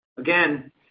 Again